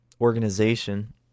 organization